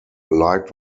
liked